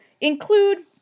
include